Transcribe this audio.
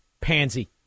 pansy